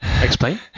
Explain